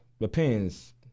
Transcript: depends